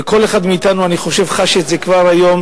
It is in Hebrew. וכל אחד מאתנו, אני חושב, חש את זה כבר היום